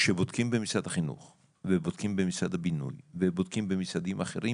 ובודקים במשרד הבינוי ובודקים במשרדים אחרים